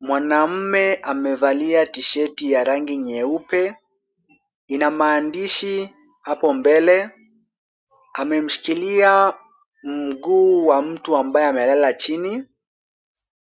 Mwanaume amevalia tisheti ya rangi nyeupe. Ina maandishi hapo mbele. Amemshikilia mguu wa mtu ambaye amelala chini.